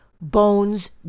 bones